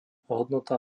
hodnota